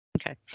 okay